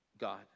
God